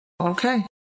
Okay